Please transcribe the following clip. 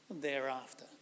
thereafter